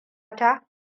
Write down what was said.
ta